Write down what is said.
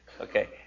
okay